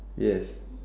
yes